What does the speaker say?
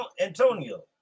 Antonio